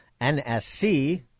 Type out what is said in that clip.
NSC